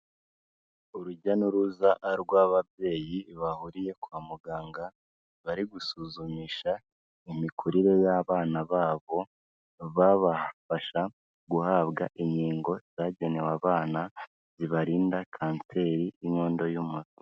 Urujya n'uruza rw'ababyeyi bahuriye kwa muganga, bari gusuzumisha imikurire y'abana babo, babafasha guhabwa inkingo zagenewe abana, zibarinda kanseri y'inkondo y'umura.